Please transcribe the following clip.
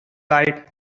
light